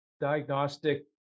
diagnostic